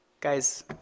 guys